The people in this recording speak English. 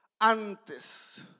antes